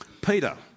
Peter